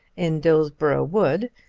in dillsborough wood,